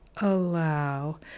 allow